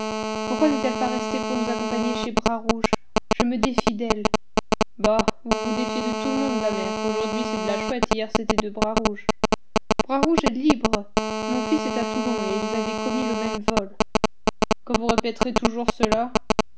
pourquoi n'est-elle pas restée pour nous accompagner chez bras rouge je me défie d'elle bah vous vous défiez de tout le monde la mère aujourd'hui c'est de la chouette hier c'était de bras rouge bras rouge est libre mon fils est à toulon et ils avaient commis le même vol quand vous répéterez toujours cela